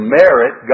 merit